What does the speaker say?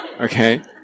Okay